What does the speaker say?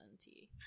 tea